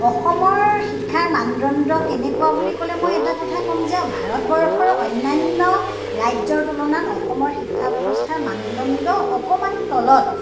অসমৰ শিক্ষাৰ মানদণ্ড কেনেকুৱা বুলি ক'লে মই এটা কথা ক'ম যে ভাৰতবৰ্ষৰ অন্যান্য ৰাজ্যৰ তুলনাত অসমৰ শিক্ষা ব্যৱস্থাৰ মানদণ্ড অকণমান তলত